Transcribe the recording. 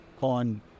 on